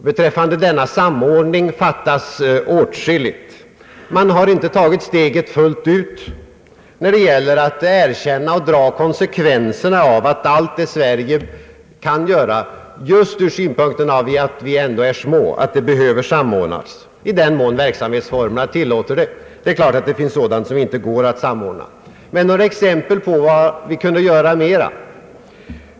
Beträffande denna samordning fattas åtskilligt. Man har inte tagit steget fullt ut när det gällt att erkänna — och dra konsekvenserna av — att allt vad Sverige kan göra, just därför att vårt land är litet, behöver samordnas i den mån verksamhetsformerna tillåter detta. Det är klart att det finns sådant som inte går att samordna. Jag vill ge några exempel på vad vi kan göra mera.